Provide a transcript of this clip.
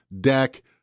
deck